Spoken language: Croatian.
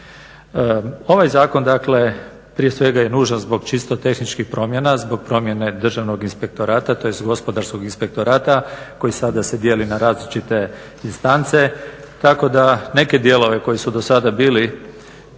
Ovaj Zakon dakle prije svega je nužan zbog čisto tehničkih promjena, zbog promjene državnog inspektorata, tj. gospodarskog inspektorata koji sada se dijeli na različite instance, tako da neke dijelove koji su do sada bili